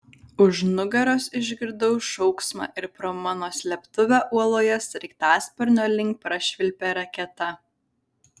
už nugaros išgirdau šauksmą ir pro mano slėptuvę uoloje sraigtasparnio link prašvilpė raketa